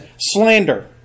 slander